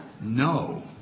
No